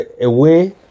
away